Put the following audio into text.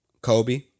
Kobe